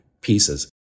pieces